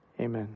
Amen